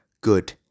good